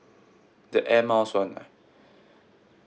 the air miles [one] ah